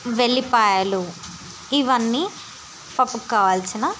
ఎల్లిపాయలు ఇవన్నీ పప్పుకు కావలసిన